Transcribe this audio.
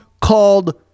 called